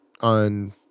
on